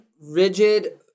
rigid